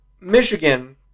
Michigan